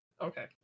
Okay